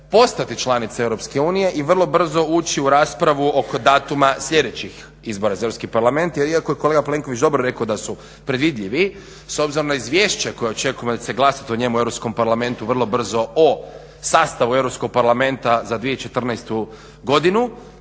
postati članica EU i vrlo brzo ući u raspravu oko datuma sljedećih izbora za Europski parlament. Jer iako je kolega Plenković dobro rekao da su predvidljivi s obzirom na izvješće koje očekujemo da će se glasati o njemu u Europskom parlamentu vrlo brzo o sastavu Europskog parlamenta za 2014. godinu